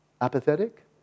apathetic